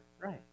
Right